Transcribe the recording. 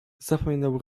zapamiętał